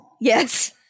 Yes